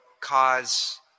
cause